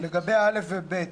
לגבי (א) ו-(ב),